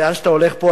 לאן שאתה הולך פה,